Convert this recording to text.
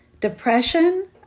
Depression